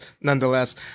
nonetheless